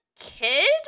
kid